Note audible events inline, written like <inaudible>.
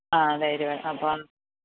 ആ <unintelligible> അപ്പോള്